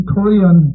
Korean